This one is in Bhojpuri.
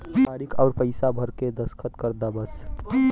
तारीक अउर पइसा भर के दस्खत कर दा बस